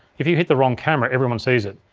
if you hit the wrong camera, everyone sees it.